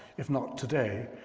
if not today,